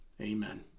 Amen